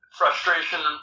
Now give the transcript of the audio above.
frustration